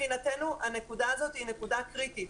מבחינתנו הנקודה הזאת היא נקודה קריטית.